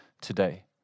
today